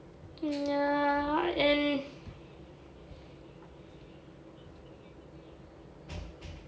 ya and